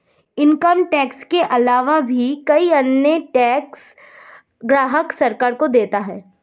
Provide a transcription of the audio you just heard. income tax के आलावा भी कई अन्य टैक्स ग्राहक सरकार को देता है